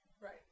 Right